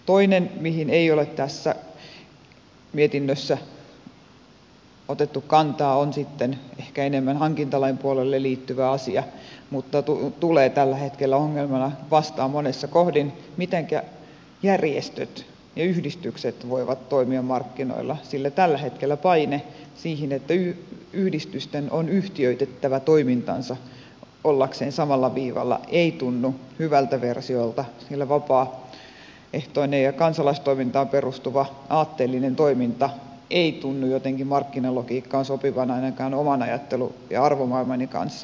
toinen mihin ei ole tässä mietinnössä otettu kantaa on sitten ehkä enemmän hankintalain puolelle liittyvä asia mutta tulee tällä hetkellä ongelmana vastaan monessa kohdin ja se on se mitenkä järjestöt ja yhdistykset voivat toimia markkinoilla sillä tällä hetkellä paine siihen että yhdistysten on yhtiöitettävä toimintansa ollakseen samalla viivalla ei tunnu hyvältä versiolta sillä vapaaehtoinen ja kansalaistoimintaan perustuva aatteellinen toiminta ei tunnu jotenkin markkinalogiikkaan sopivan ainakaan oman ajattelun ja arvomaailmani kanssa